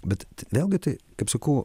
bet vėlgi tai kaip sakau